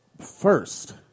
first